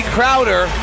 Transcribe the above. Crowder